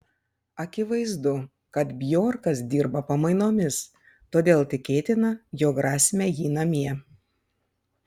akivaizdu kad bjorkas dirba pamainomis todėl tikėtina jog rasime jį namie